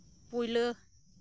ᱯᱳᱭᱞᱳ